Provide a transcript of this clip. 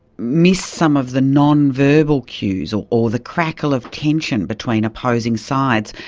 miss some of the non-verbal cues or or the crackle of tension between opposing sides,